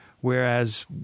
Whereas